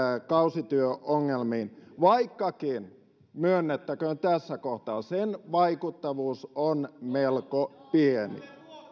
kausityöongelmiin vaikkakin myönnettäköön tässä kohtaa sen vaikuttavuus on melko pieni